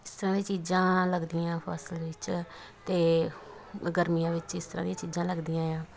ਸਾਰੀਆਂ ਚੀਜ਼ਾਂ ਲੱਗਦੀਆਂ ਫ਼ਸਲ ਵਿੱਚ ਅਤੇ ਗਰਮੀਆਂ ਵਿੱਚ ਇਸ ਤਰ੍ਹਾਂ ਦੀਆਂ ਚੀਜ਼ਾਂ ਲੱਗਦੀਆਂ ਆ